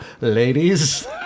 ladies